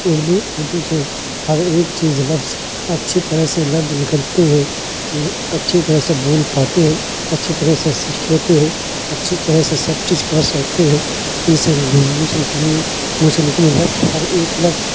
اردو اردو سے ہر ایک چیز لفظ اچھی طرح سے لفظ نکلتے ہیں اچھی طرح سے بول پاتے ہیں اچھی طرح سے سیکھ لیتے ہیں اچھی طرح سے سب چیز کر سکتے ہیں ان سے جو منہ سے نکلنی منہ سے نکلے لفظ ہر ایک لفظ